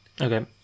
Okay